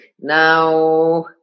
Now